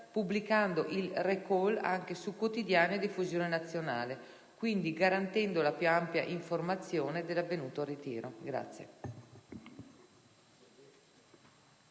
pubblicando il *recall* anche su quotidiani a diffusione nazionale, quindi garantendo la più ampia informazione dell'avvenuto ritiro.